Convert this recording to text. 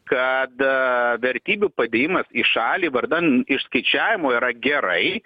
kad vertybių padėjimas į šalį vardan išskaičiavimo yra gerai